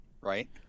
right